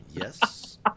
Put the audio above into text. yes